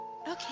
Okay